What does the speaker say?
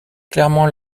clairement